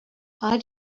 how